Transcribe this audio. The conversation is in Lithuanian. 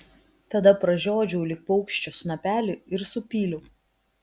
tada pražiodžiau lyg paukščio snapelį ir supyliau